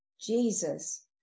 jesus